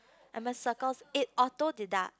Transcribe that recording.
I'm a Circles eh auto deduct